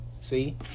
See